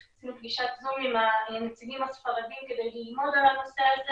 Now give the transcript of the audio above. שיחת זום עם הנציגים הספרדיים כדי ללמוד על הנושא הזה